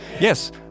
Yes